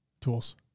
Tools